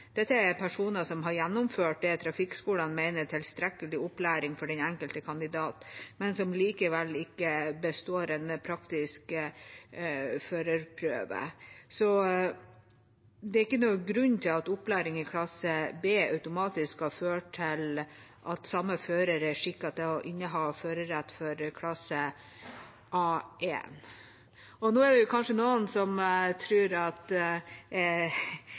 Dette er personer som har gjennomført det trafikkskolene mener er tilstrekkelig opplæring for den enkelte kandidat, men som likevel ikke består en praktisk førerprøve. Det er ikke noen grunn til at opplæring i klasse B automatisk skal føre til at samme fører er skikket til å inneha førerrett for klasse A1. Nå er det kanskje noen som